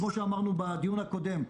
כמו שאמרנו בדיון הקודם,